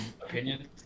opinion